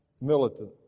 militant